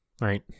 right